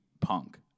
punk